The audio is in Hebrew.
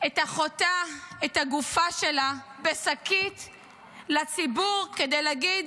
את אחותה, את הגופה שלה בשקית, לציבור, כדי להגיד: